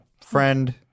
friend